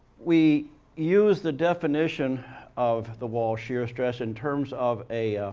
we use the definition of the wall shear stress in terms of a